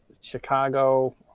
Chicago